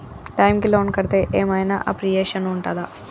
Time కి loan కడ్తే ఏం ఐనా అప్రిషియేషన్ ఉంటదా?